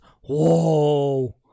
Whoa